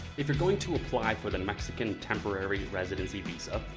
if you're going to apply for the mexican temporary residency visa,